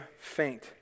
faint